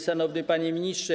Szanowny Panie Ministrze!